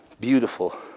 beautiful